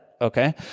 okay